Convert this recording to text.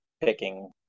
picking